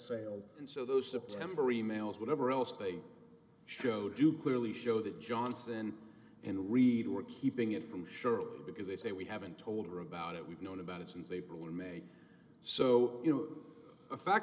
sale and so those september e mails whatever else they showed you clearly show that johnson and reid were keeping it from surety because they say we haven't told her about it we've known about it since april in may so you know a fact